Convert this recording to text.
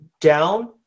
down